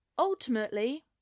Ultimately